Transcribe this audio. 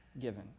given